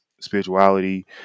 spirituality